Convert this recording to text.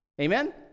Amen